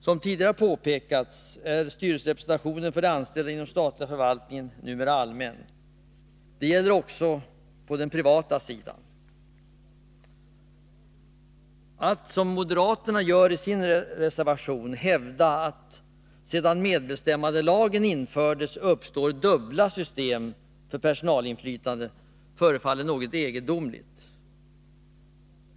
Som tidigare påpekats är styrelserepresentation för de anställda inom statliga förvaltningar numera allmän. Detsamma gäller också på den privata sidan. Att — som moderaterna gör i sin reservation — hävda att det med medbestämmandelagens införande uppstod dubbla system för personalinflytande förefaller något egendomligt.